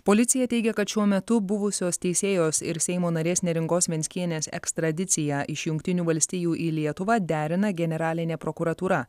policija teigia kad šiuo metu buvusios teisėjos ir seimo narės neringos venckienės ekstradiciją iš jungtinių valstijų į lietuvą derina generalinė prokuratūra